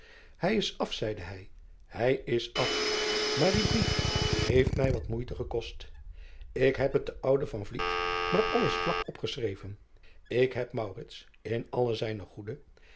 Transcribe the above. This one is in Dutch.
ij is af zeide hij hij is af maar die brief heeft mij wat moeite gekost k heb het den ouden maar alles vlak op geschreven k heb in alle zijne goede